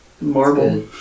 Marble